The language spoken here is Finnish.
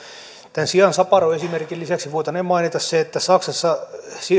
tämän siansaparoesimerkin lisäksi voitaneen mainita se että saksassa